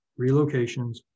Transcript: relocations